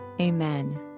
amen